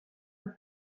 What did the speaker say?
and